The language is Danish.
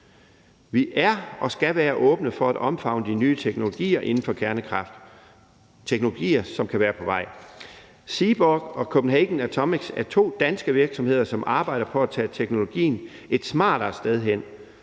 Vi er og skal være åbne for at omfavne de nye teknologier inden for kernekraft. Det er teknologier, som kan være på vej. Seaborg og Copenhagen Atomics er to danske virksomheder, som arbejder for at tage teknologien et smartere sted hen,